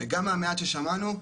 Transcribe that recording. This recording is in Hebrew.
גם מהמעט ששמענו,